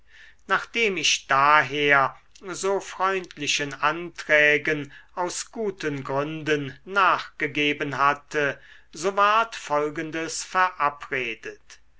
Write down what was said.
nachdem ich daher so freundlichen anträgen aus guten gründen nachgegeben hatte so ward folgendes verabredet